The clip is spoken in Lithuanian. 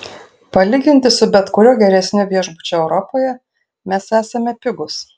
palyginti su bet kuriuo geresniu viešbučiu europoje mes esame pigūs